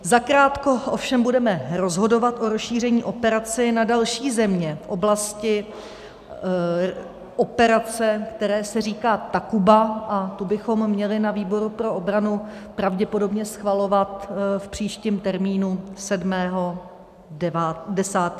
Zakrátko ovšem budeme rozhodovat o rozšíření operací na další země v oblasti operace, které se říká Takuba, a tu bychom měli na výboru pro obranu pravděpodobně schvalovat v příštím termínu 7. 10.